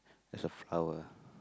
that's a flower